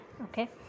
okay